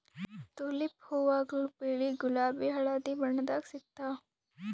tulip ಹೂವಾಗೊಳ್ ಬಿಳಿ ಗುಲಾಬಿ ಹಳದಿ ಬಣ್ಣದಾಗ್ ಸಿಗ್ತಾವ್